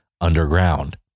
underground